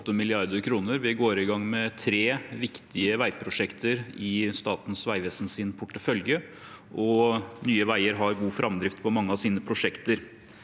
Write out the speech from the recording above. Vi går i gang med tre viktige veiprosjekter i Statens vegvesen sin portefølje, og Nye veier har god framdrift på mange av sine prosjekter.